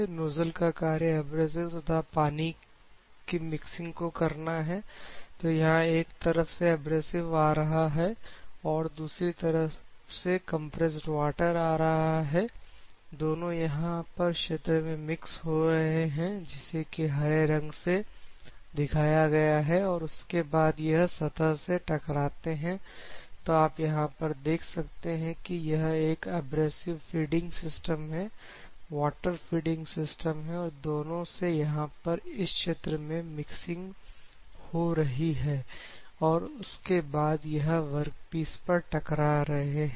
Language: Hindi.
नोजल का कार्य एब्रेसिव तथा पानी की मिक्सिंग को करना है तो यहां पर एक तरफ से एब्रेसिव आ रहा है और दूसरी तरफ से कंप्रेस्ड वाटर आ रहा है दोनों यहां पर क्षेत्र में मिक्स हो रहे हैं जिसे की हरे रंग से दिखाया गया है और उसके बाद यह सतह से टकराते हैं तो आप यहां पर देख सकते हैं कि यह एक एब्रेसिव फीडिंग सिस्टम है वाटर फीडिंग सिस्टम है और दोनों से यहां पर इस क्षेत्र में मिक्सिंग हो रही है और उसके बाद यह वर्कपीस पर टकरा रहे हैं